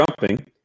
jumping